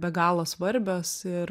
be galo svarbios ir